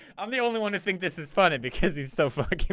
i'm the only one who thinks this is funny because he's so fucking